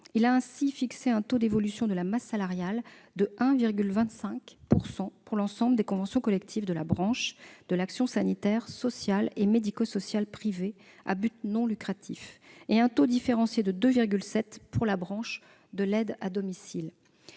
il a fixé un taux d'évolution de la masse salariale de 1,25 % pour l'ensemble des conventions collectives de la branche de l'action sanitaire, sociale et médico-sociale privée à but non lucratif, et un taux différencié de 2,7 % pour la branche de l'aide à domicile.